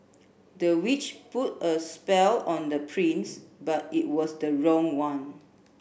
the witch put a spell on the prince but it was the wrong one